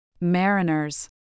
Mariners